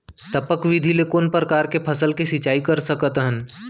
टपक विधि ले कोन परकार के फसल के सिंचाई कर सकत हन?